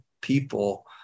people